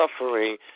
suffering